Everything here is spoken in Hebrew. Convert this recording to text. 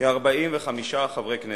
כ-45 חברי הכנסת.